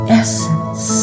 essence